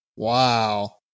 Wow